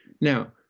Now